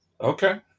Okay